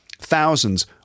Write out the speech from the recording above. thousands